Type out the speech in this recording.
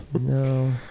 No